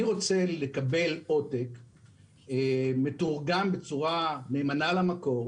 אני רוצה לקבל עותק מתורגם בצורה נאמנה למקור,